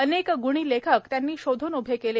अनेक गुणी लेखक त्यांनी शोधून उभे केले